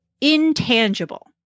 intangible